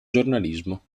giornalismo